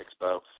Expo